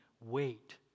wait